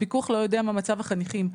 הפיקוח לא יודע מה מצב החניכים.